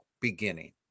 beginning